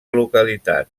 localitat